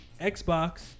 Xbox